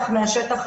מהשטח.